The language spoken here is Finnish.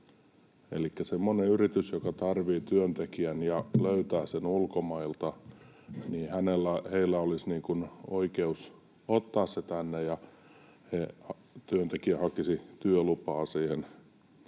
Elikkä semmoisella yrityksellä, joka tarvitsee työntekijän ja löytää sen ulkomailta, olisi oikeus ottaa se tänne, ja työntekijä hakisi työlupaa siihen